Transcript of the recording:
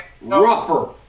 Rougher